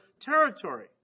territory